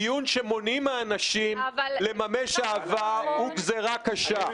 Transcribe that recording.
דיון שמונעים מאנשים לממש אהבה הוא גזירה קשה.